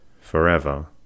forever